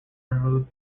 removed